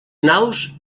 naus